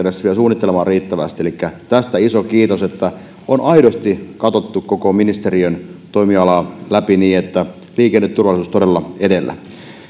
suunnittelemaan riittävästi elikkä tästä iso kiitos että on aidosti katsottu koko ministeriön toimialaa läpi ja liikenneturvallisuus todella edellä